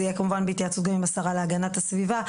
יהיה כמובן בהתייעצות גם עם השרה להגנת הסביבה,